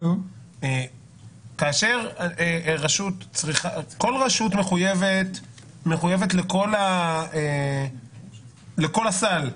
כל רשות מחויבת לכל הסל,